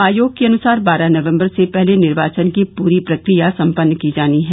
आयोग के अनुसार बारह नवम्बर से पहले निर्वाचन की पूरी प्रक्रिया सम्पन्न की जानी है